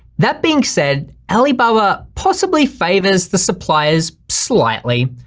that being said alibaba possibly favors the suppliers slightly.